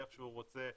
איך שהוא רוצה,